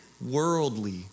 worldly